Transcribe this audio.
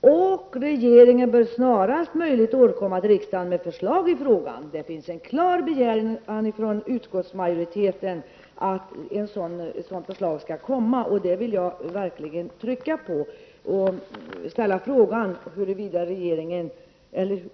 och regeringen bör snarast möjligt återkomma till riksdagen med förslag i frågan.'' Det finns en klar begäran från utskottsmajoriteten att ett sådant förslag skall komma. Det vill jag verkligen betona. Jag vill också ställa frågan huruvida